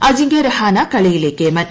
അജിങ്ക്യരഹാനെ കളിയിലെ കേമൻ